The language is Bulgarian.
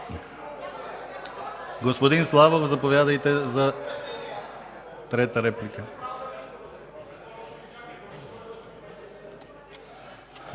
Господин Павлов, заповядайте за реплика.